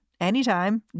anytime